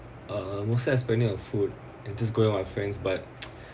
uh most I spending on food and just go out with my friends but